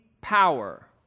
power